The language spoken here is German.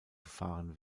gefahren